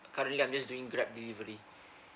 currently I'm just doing grab delivery